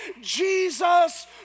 Jesus